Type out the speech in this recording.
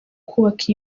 kubaka